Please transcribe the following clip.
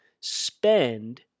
spend